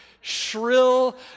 shrill